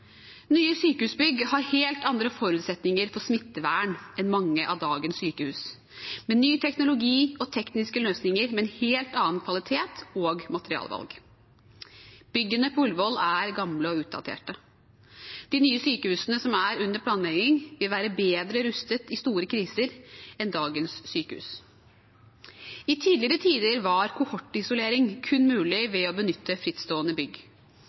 Nye sykehusbygg har helt andre forutsetninger for smittevern enn mange av dagens sykehus, med ny teknologi og tekniske løsninger med en helt annen kvalitet og materialvalg. Byggene på Ullevål er gamle og utdaterte. De nye sykehusene som er under planlegging, vil være bedre rustet i store kriser enn dagens sykehus. I tidligere tider var kohortisolering kun mulig ved å benytte frittstående bygg.